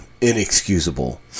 inexcusable